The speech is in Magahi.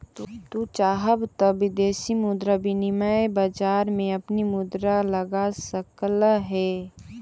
तू चाहव त विदेशी मुद्रा विनिमय बाजार में अपनी मुद्रा लगा सकलअ हे